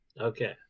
Okay